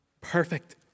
Perfect